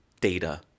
data